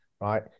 right